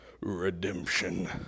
Redemption